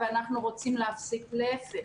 ואנחנו רוצים להפסיק - להיפך.